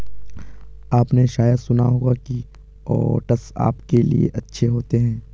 आपने शायद सुना होगा कि ओट्स आपके लिए अच्छे होते हैं